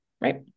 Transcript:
right